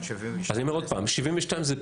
אני אומר עוד פעם, 72 זה פעילויות,